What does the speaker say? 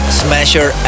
smasher